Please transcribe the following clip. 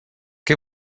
què